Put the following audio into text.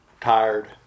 tired